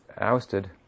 ousted